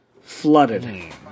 flooded